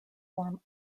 form